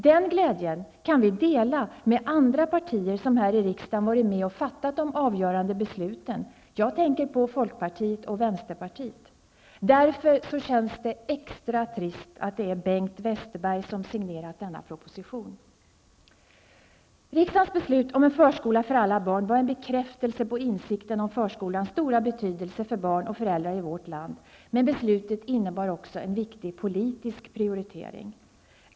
Den glädjen kan vi dela med andra partier som här i riksdagen varit med och fattat de avgörande besluten. Jag tänker på folkpartiet och vänsterpartiet. Därför känns det extra trist att det är Bengt Westerberg som signerat denna proposition. Riksdagens beslut om en förskola för alla barn var en bekräftelse på insikten om förskolans stora betydelse för barn och föräldrar i vårt land. Beslutet innebar också en viktig politisk prioritering.